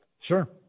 sure